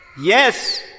yes